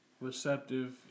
receptive